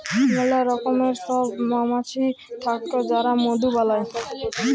ম্যালা রকমের সব মমাছি থাক্যে যারা মধু বালাই